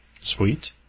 Sweet